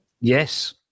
Yes